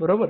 बरोबर